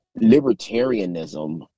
libertarianism